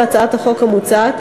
וכן התחום המוסדר בהצעת החוק המוצעת,